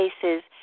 cases